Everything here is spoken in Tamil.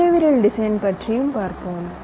பிகேவியரல் டிசைன் பற்றி பார்ப்போம்